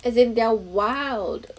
as in they are wild